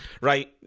Right